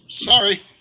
Sorry